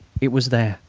it was there.